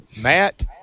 Matt